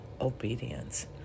Obedience